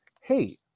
Hey